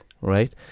right